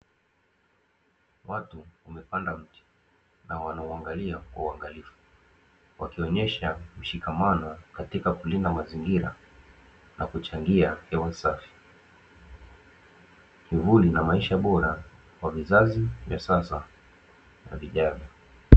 Watu wamepanda mti na wanauangalia kwa uangalifu, wakionyesha kushikamana katika kulinda mazingira na kuchangia hewa safi, kivuli na maisha bora kwa vizazi vya sasa na vijana.